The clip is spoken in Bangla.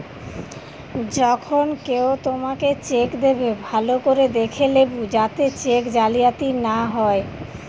যখন কেও তোমাকে চেক দেবে, ভালো করে দেখে লেবু যাতে চেক জালিয়াতি না হয়